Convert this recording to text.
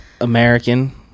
American